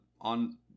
on